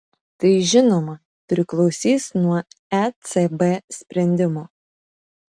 tai žinoma priklausys nuo ecb sprendimo